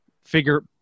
figure